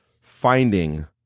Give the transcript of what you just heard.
finding